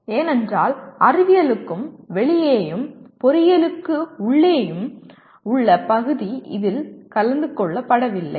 ஏனென்றால் அறிவியலுக்கு வெளியேயும் பொறியியலுக்குள்ளும் உள்ள பகுதி இதில் கலந்து கொள்ளப்படவில்லை